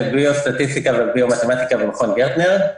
וביו-מתמטיקה במכון "גרטנר".